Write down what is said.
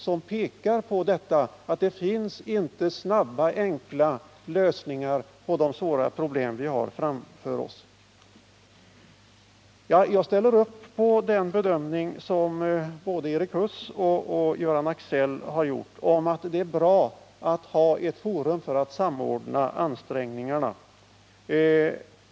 De framhöll att det inte finns snabba, enkla lösningar på de svåra problem som vi har framför oss. 41 Jag instämmer i Erik Huss och Göran Axells bedömning att det är bra att ha ett forum för samordning av ansträngningarna.